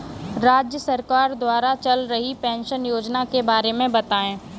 राज्य सरकार द्वारा चल रही पेंशन योजना के बारे में बताएँ?